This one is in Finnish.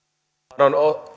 tahdon